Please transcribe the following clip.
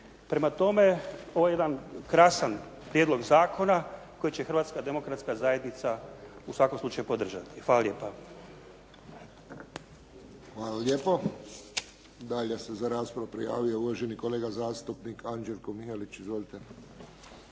Prema tome ovo je jedan krasan prijedlog zakona koji će Hrvatska demokratska zajednica u svakom slučaju podržati. Hvala lijepa. **Friščić, Josip (HSS)** Hvala lijepo. Dalje se za raspravu prijavio uvaženi kolega zastupnik Anđelko Mihalić. Izvolite.